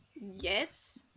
Yes